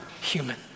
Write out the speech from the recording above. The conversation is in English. human